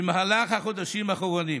במהלך החודשים האחרונים